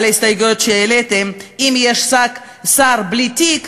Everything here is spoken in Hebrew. את ההסתייגויות שהעליתם: אם יש שר בלי תיק,